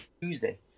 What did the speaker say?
Tuesday